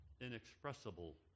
inexpressible